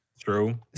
True